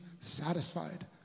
satisfied